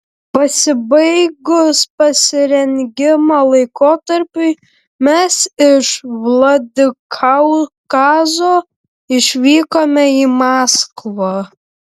pasibaigus pasirengimo laikotarpiui mes iš vladikaukazo išvykome į maskvą